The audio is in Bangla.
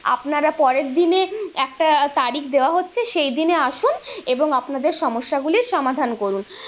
আপনারা পরের দিনে একটা তারিখ দেওয়া হচ্ছে সেই দিনে আসুন এবং আপনাদের সমস্যাগুলির সমাধান করুন